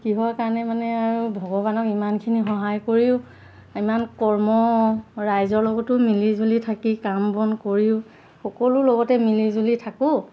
কিহৰ কাৰণে মানে আৰু ভগৱানক ইমানখিনি সহায় কৰিও ইমান কৰ্ম ৰাইজৰ লগতো মিলি জুলি থাকি কাম বন কৰিও সকলোৰ লগতে মিলিজুলি থাকোঁ